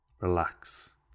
relax